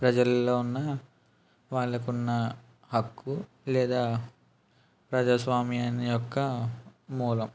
ప్రజల్లో ఉన్న వాళ్ళకి ఉన్న హక్కు లేదా ప్రజాస్వామ్యాన్ని యొక్క మూలం